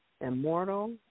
immortal